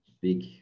big